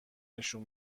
نشون